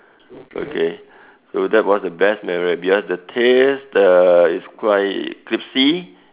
okay so that was the best memory because the taste the is quite crispy